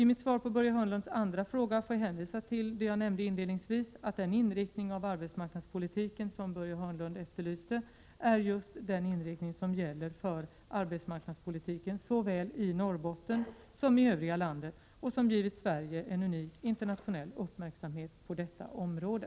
I mitt svar på Börje Hörnlunds andra fråga får jag hänvisa till det jag nämnde inledningsvis att en inriktning av arbetsmarknadspolitiken som Börje Hörnlund efterlyste är just den inriktning som gäller för arbetsmarknadspolitiken såväl i Norrbotten som i övriga landet och som givit Sverige en unik internationell uppmärksamhet på detta område.